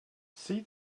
see